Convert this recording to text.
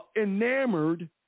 enamored